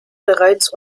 bereits